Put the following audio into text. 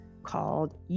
called